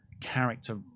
character